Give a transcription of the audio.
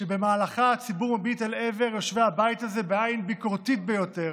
שבמהלכה הציבור מביט אל עבר יושבי הבית הזה בעין ביקורתית ביותר,